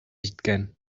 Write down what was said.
җиткән